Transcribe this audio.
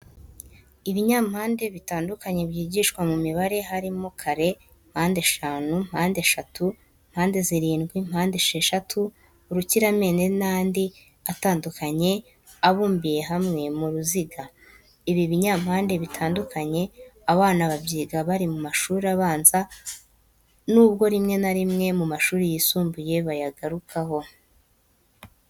Ibinyampande bitandukanye byigishwa mu mibare harimo kare, mpandeshanu, mpandeshatu, mpande zirindwi, mpandesheshatu, urukiramende n'andi atandukanye abumbiye hamwe mu ruziga. Ibi binyampande bitandukanye abana babyiga bari mu mashuri abanza nubwo rimwe na rimwe mu mashuri yisumbuye bayagarukaho.